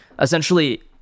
essentially